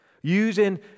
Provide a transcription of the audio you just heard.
using